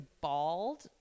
bald